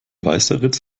weißeritz